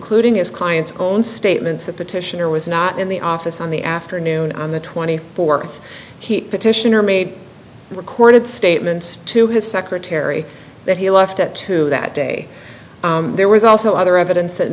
ding his client's own statements that petitioner was not in the office on the afternoon on the twenty fourth he petitioner made recorded statements to his secretary that he left at two that day there was also other evidence that